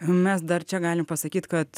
mes dar čia galim pasakyt kad